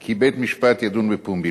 כי בית-המשפט ידון בפומבי.